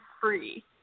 free